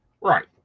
right